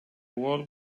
wall